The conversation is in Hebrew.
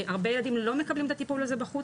הרבה ילדים לא מקבלים את הטיפול הזה בחוץ,